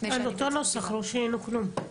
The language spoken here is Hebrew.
על אותו נוסח, לא שינינו כלום.